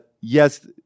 yes